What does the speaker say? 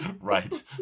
Right